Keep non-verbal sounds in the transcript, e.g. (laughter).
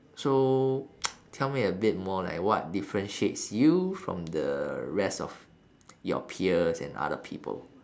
so (noise) tell me a bit like what differentiates you from the rest of (noise) your peers and other people